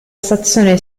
stazione